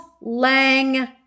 lang